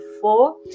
four